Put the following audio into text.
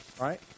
Right